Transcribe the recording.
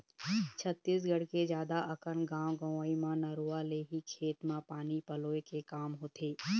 छत्तीसगढ़ के जादा अकन गाँव गंवई म नरूवा ले ही खेत म पानी पलोय के काम होथे